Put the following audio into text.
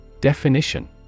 Definition